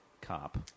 cop